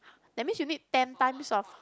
that's mean you need ten times of